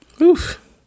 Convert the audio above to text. Oof